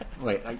wait